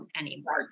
anymore